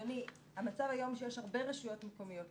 היום המצב הוא שיש הרבה רשויות מקומיות,